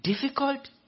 difficult